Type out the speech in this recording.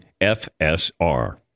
FSR